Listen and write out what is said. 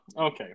okay